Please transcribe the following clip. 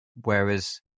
Whereas